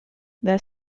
their